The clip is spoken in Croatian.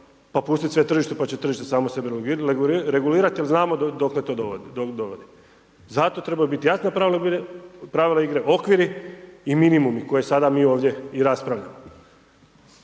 pa pustiti sve tržištu, pa će tržite samo sebe regulirati jel znamo dokle to dovodi. Zato trebaju biti jaka pravila igre, okviri i minimumi koje sada mi ovdje i raspravljamo.